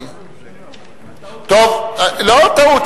לא טעות,